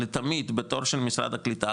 לתמיד בתור של משרד הקליטה.